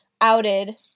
outed